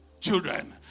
children